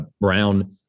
Brown